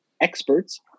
experts